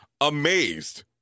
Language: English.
amazed